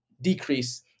decrease